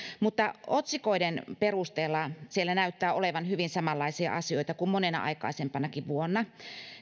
otsikoiden perusteella siellä näyttää olevan hyvin samanlaisia asioita kuin monena aikaisempanakin vuonna